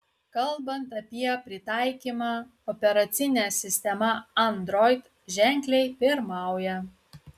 kalbant apie pritaikymą operacinė sistema android ženkliai pirmauja